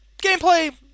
Gameplay